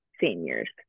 seniors